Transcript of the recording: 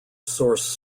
source